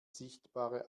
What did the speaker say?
sichtbare